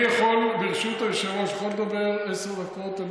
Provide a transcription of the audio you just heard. ברשות היושב-ראש, אני יכול לדבר עשר דקות על